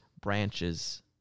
branches